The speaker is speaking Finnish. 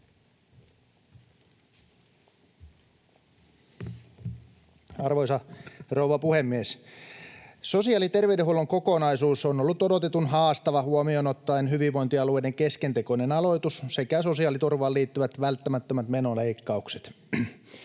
Arvoisa rouva puhemies! Sosiaali- ja terveydenhuollon kokonaisuus on ollut odotetun haastava huomioon ottaen hyvinvointialueiden keskentekoinen aloitus sekä sosiaaliturvaan liittyvät välttämättömät menoleikkaukset.